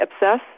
obsess